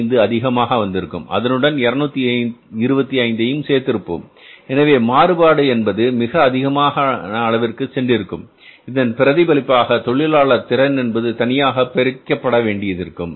5 அதிகமாக வந்திருக்கும் அதனுடன் 225 சேர்ந்திருப்போம் எனவே மாறுபாடு என்பது மிக அதிகமான அளவிற்கு சென்றிருக்கும் இதன் பிரதிபலிப்பாக தொழிலாளர் திறன் என்பது தனியாக பிரிக்கப்பட வேண்டியிருக்கும்